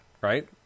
right